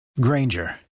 Granger